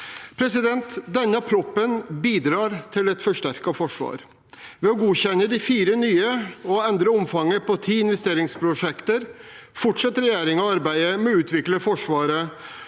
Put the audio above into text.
personell. Denne proposisjonen bidrar til et forsterket forsvar. Ved å godkjenne fire nye og endre omfanget på ti investeringsprosjekter fortsetter regjeringen arbeidet med å utvikle Forsvaret.